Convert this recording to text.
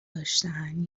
داشتن